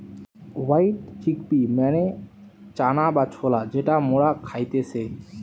white chickpea মানে চানা বা ছোলা যেটা মরা খাইতেছে